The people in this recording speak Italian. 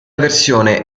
versione